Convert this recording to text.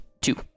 two